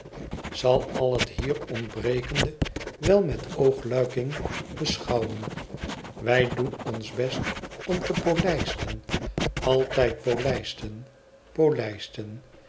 zal al het hier ontbrekende wel met oogluiking beschouwen wij doen ons best om te polijsten altijd polijsten polijsten